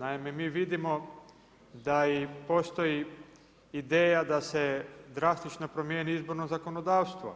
Naime, mi vidimo da i postoji ideja da se drastično promijeni izborno zakonodavstvo,